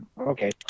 okay